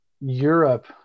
Europe